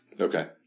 Okay